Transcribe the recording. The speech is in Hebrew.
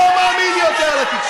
אי-אפשר להעסיק אותך,